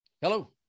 hello